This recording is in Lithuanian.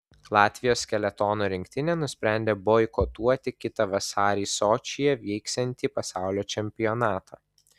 latvijos skeletono rinktinė nusprendė boikotuoti kitą vasarį sočyje vyksiantį pasaulio čempionatą